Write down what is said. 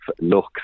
look